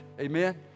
Amen